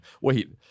Wait